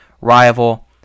rival